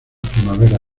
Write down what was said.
primavera